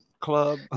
club